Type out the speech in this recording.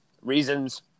reasons